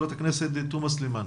חברת הכנסת תומא סלימאן.